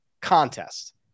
contest